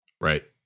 Right